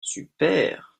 super